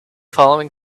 following